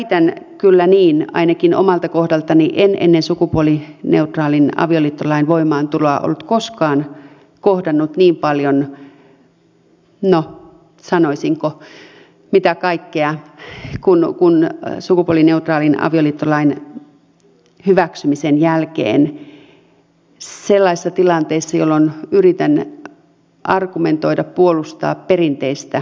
väitän kyllä niin ainakin omalta kohdaltani että en ennen sukupuolineutraalin avioliittolain voimaantuloa ollut koskaan kohdannut niin paljon no sanoisinko mitä kaikkea kuin sukupuolineutraalin avioliittolain hyväksymisen jälkeen sellaisissa tilanteissa jolloin yritän argumentoida ja puolustaa perinteistä avioliittoa